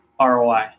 ROI